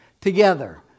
together